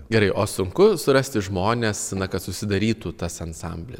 gerai o sunku surasti žmones na kad susidarytų tas ansambli